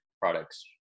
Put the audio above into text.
products